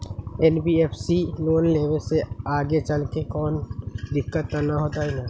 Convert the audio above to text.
NBFC से loan लेबे से आगेचलके कौनो दिक्कत त न होतई न?